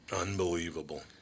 Unbelievable